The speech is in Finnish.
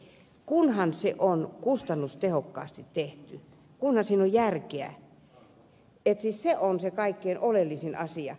kunhan se on tehty kustannustehokkaasti kunhan siinä on järkeä se on se kaikkein oleellisin asia